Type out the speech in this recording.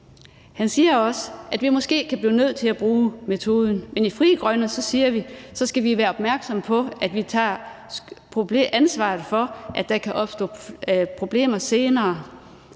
Han siger også, at vi måske kan blive nødt til at bruge metoden. Men i Frie Grønne siger vi, at så skal vi være opmærksomme på, at vi tager ansvaret for, at der kan opstå problemer senere.